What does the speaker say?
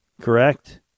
correct